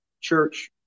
church